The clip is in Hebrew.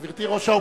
גברתי ראש,